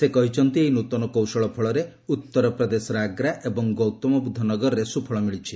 ସେ କହିଛନ୍ତି ଏହି ନୃତନ କୌଶଳ ଫଳରେ ଉତ୍ତରପ୍ରଦେଶର ଆଗ୍ରା ଏବଂ ଗୌତମବୁଦ୍ଧନଗରରେ ସୁଫଳ ମିଳିଛି